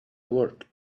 work